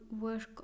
work